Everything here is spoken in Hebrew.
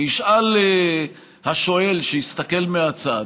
וישאל השואל שיסתכל מהצד: